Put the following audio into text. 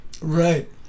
Right